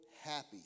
happy